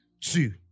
two